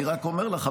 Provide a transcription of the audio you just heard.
אני רק אומר לך,